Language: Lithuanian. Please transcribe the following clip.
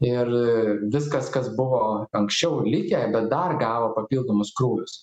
ir viskas kas buvo anksčiau likę bet dar gavo papildomus krūvius